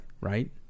Right